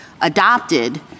adopted